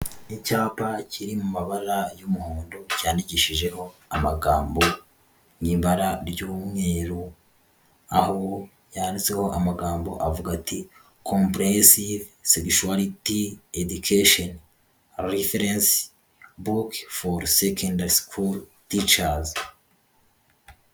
Ni icyapa kiri mu mabara y'umuhondo cyanyandikishijeho amagambo n'ibara ry'umweru, aho yanditseho amagambo avuga ati: ''Kompuresive sekishuwariti edikesheni riferensi buke foru sekendari sikuru ticazi.''